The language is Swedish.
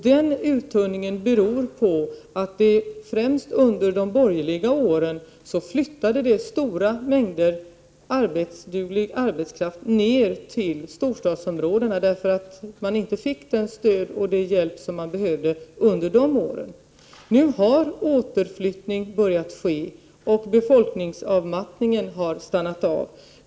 Denna uttunning beror på att främst under de borgerliga åren flyttade stora delar av den arbetsdugliga arbetskraften till storstadsområdena, eftersom man inte fick det stöd och den hjälp som man då behövde. Nu har återflyttning börjat ske, och befolkningsavmattningen har stannat av.